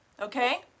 okay